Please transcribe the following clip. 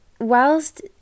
whilst